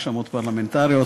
רשמות פרלמנטריות,